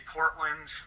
Portland